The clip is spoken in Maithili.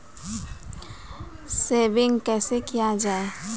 सेविंग कैसै किया जाय?